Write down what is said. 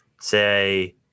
say